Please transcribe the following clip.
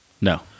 No